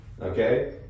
Okay